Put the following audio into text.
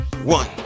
One